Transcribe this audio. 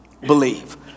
believe